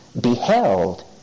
beheld